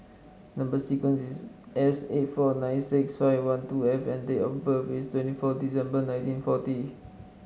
number sequence is S eight four nine six five one two F and date of birth is twenty four December nineteen forty